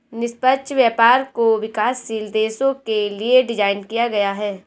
निष्पक्ष व्यापार को विकासशील देशों के लिये डिजाइन किया गया है